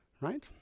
right